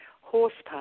horsepower